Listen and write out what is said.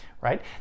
right